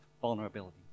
vulnerability